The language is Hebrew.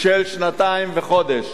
של שנתיים וחודש.